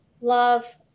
love